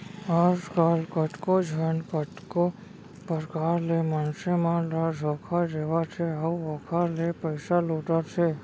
आजकल कतको झन कतको परकार ले मनसे मन ल धोखा देवत हे अउ ओखर ले पइसा लुटत हे